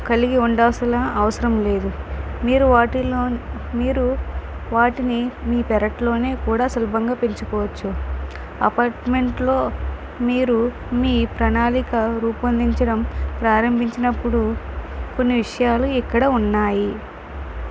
కలిగి ఉండాల్సిన అవసరం లేదు మీరు వాటిలో మీరు వాటిని మీ పెరట్లోనే కూడా సులభంగా పెంచుకోవచ్చు అపార్ట్మెంట్లో మీరు మీ ప్రణాళిక రూపొందించడం ప్రారంభించినపుడు కొన్ని విషయాలు ఇక్కడ ఉన్నాయి